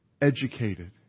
educated